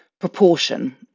proportion